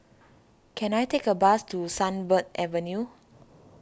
can I take a bus to Sunbird Avenue